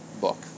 book